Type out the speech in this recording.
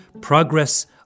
progress